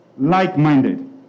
Like-minded